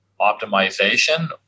optimization